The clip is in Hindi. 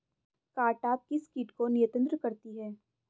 कारटाप किस किट को नियंत्रित करती है?